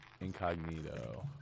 incognito